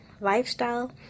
lifestyle